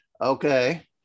Okay